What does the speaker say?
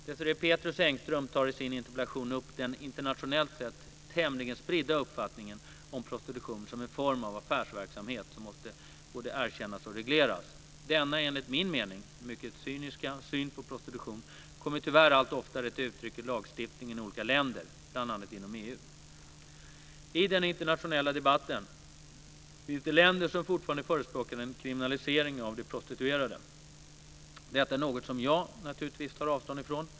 Désirée Pethrus Engström tar i sin interpellation upp den internationellt sett tämligen spridda uppfattningen om prostitution som en form av affärsverksamhet som måste både erkännas och regleras. Denna, enligt min mening mycket cyniska, syn på prostitution kommer tyvärr allt oftare till uttryck i lagstiftningen i olika länder, bl.a. inom EU. I den internationella debatten finns det länder som fortfarande förespråkar en kriminalisering av de prostituerade. Detta är något som jag naturligtvis tar avstånd ifrån.